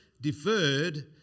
deferred